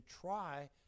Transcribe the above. try